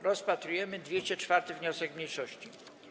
Rozpatrujemy 204. wniosek mniejszości.